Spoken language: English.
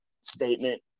statement